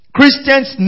Christians